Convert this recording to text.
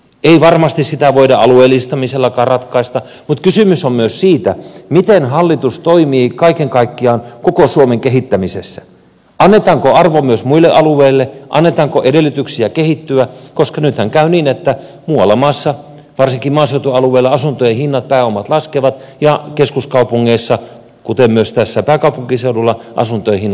ei varmasti sitä voida alueellistamisellakaan ratkaista mutta kysymys on myös siitä miten hallitus toimii kaiken kaikkiaan koko suomen kehittämisessä annetaanko arvo myös muille alueille annetaanko edellytyksiä kehittyä koska nythän käy niin että muualla maassa varsinkin maaseutualueilla asuntojen hinnat ja pääomat laskevat ja keskuskaupungeissa kuten myös tässä pääkaupunkiseudulla asuntojen hinnat taas nousevat